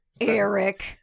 Eric